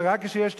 זה רק כשיש תקשורת.